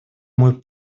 мой